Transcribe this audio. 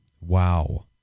Wow